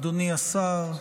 אדוני השר,